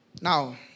Now